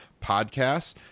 podcasts